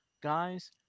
guys